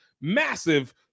massive